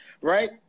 right